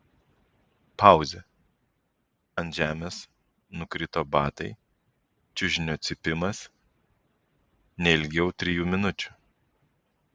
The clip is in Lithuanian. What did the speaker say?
pauzė ant žemės nukrito batai čiužinio cypimas ne ilgiau trijų minučių